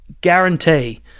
guarantee